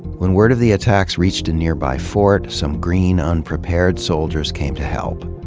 when word of the attacks reached a nearby fort, some green, unprepared soldiers came to help.